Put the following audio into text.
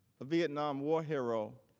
a vietnam war hero